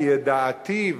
כי ידעתיו,